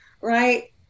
right